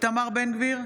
איתמר בן גביר,